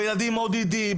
בילדים ODD,